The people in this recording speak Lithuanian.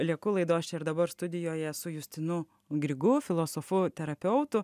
lieku laidos čia ir dabar studijoje su justinu grigu filosofu terapeutu